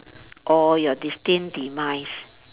or your destined demise